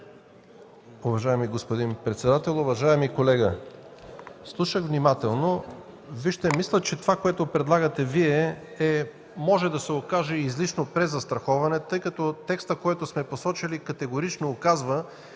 Уважаеми господин председател! Уважаеми колега, слушах внимателно. Мисля, че това, което предлагате Вие, може да се окаже излишно презастраховане, тъй като текстът, който сме посочили, категорично указва,